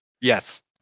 Yes